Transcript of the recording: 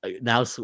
now